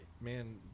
man